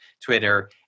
Twitter